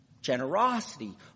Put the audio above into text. Generosity